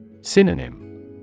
Synonym